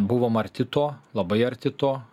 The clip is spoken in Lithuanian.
buvom arti to labai arti to